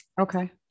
Okay